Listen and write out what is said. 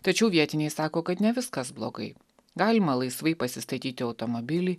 tačiau vietiniai sako kad ne viskas blogai galima laisvai pasistatyti automobilį